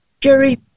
Jerry